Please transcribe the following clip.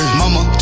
mama